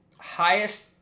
highest